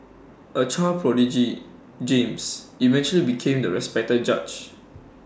A child prodigy James eventually became the respected judge